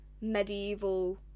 medieval